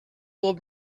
will